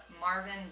Marvin